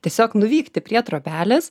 tiesiog nuvykti prie trobelės